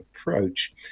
approach